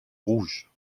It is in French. rouge